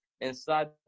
inside